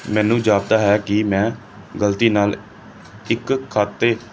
ਮੈਨੂੰ ਜਾਪਦਾ ਹੈ ਕਿ ਮੈਂ ਗਲਤੀ ਨਾਲ ਇੱਕ ਖਾਤੇ